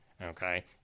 Okay